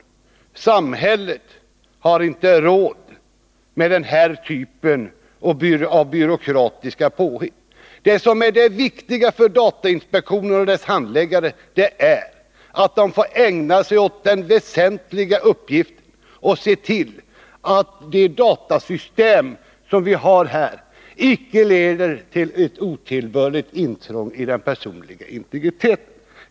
Samhället har inte råd med den här typen av byråkratiska påhitt. Det viktiga är att datainspektionens handläggare får ägna sig åt den väsentliga uppgiften att se till att de datasystem som finns inte leder till ett otillbörligt intrång i den personliga integriteten.